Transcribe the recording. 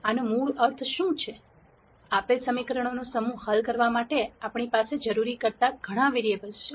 આનો મૂળ અર્થ શું છે આપેલ સમીકરણોનો સમૂહ હલ કરવા માટે આપણી પાસે જરૂરી કરતાં ઘણા વધુ વેરીએબલ્સ છે